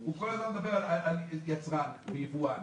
הוא כל הזמן מדבר על יצרן או יבואן.